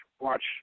watch